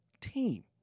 team